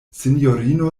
sinjorino